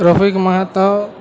Rafiq Mahato